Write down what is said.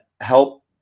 help